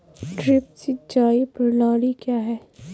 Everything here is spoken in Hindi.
ड्रिप सिंचाई प्रणाली क्या है?